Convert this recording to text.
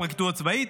הפרקליטות הצבאית,